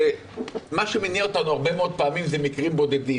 מה שמניע אותנו הרבה מאוד פעמים זה מקרים בודדים.